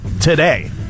today